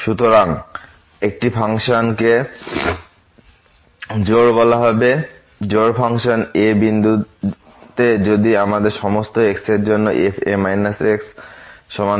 সুতরাং একটি ফাংশনকে জোড় বলা হবে জোড় ফাংশন a বিন্দুতে যদি আমাদের সমস্ত x এর জন্য fa xfax হয়